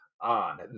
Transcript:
on